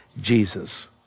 Jesus